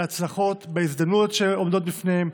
להצלחות בהזדמנויות שעומדות בפניהם,